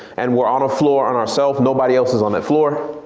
and we're on a floor on ourself, nobody else is on that floor.